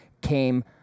came